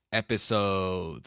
episode